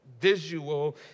visual